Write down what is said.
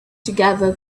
together